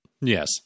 Yes